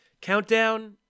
Countdown